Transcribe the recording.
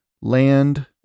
land